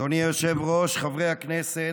אדוני היושב-ראש, חברי הכנסת,